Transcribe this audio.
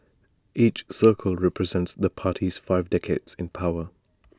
each circle represents the party's five decades in power